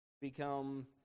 become